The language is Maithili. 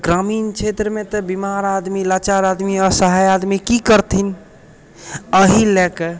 तऽ ग्रामीण क्षेत्रमे तऽ बीमार आदमी लाचार आदमी असहाय आदमी की करथिन एहि लऽ कऽ